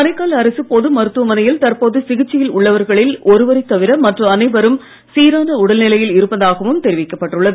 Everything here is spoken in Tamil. காரைக்கால் மருத்துவமனையில் தற்போது பொது சிகிச்சையில் அரசுப் உள்ளவர்களில் ஒருவரை தவிர மற்ற அனைவரும் சீரான உடல்நிலையில் இருப்பதாகவும் தெரிவிக்கப்பட்டுள்ளது